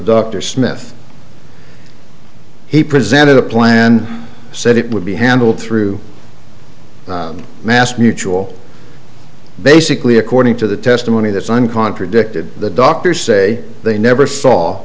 dr smith he presented a plan and said it would be handled through the mass mutual basically according to the testimony that's one contradicted the doctors say they never saw